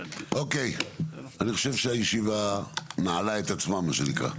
אוקיי, אני חושב שהישיבה נעלה את עצמה מה שנקרא.